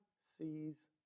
sees